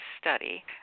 study